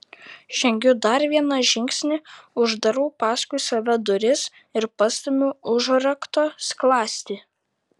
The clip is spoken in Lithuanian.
žengiu dar vieną žingsnį uždarau paskui save duris ir pastumiu užrakto skląstį